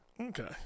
Okay